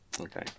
Okay